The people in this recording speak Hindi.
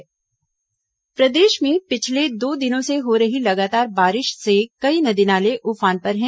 बारिश प्रदेश में पिछले दो दिनों से हो रही लगातार बारिश से कई नदी नाले उफान पर हैं